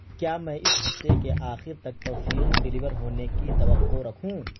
کیا میں اس ہفتے کے آخر تک پرفیوم ڈلیور ہونے کی توقع رکھوں